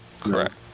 Correct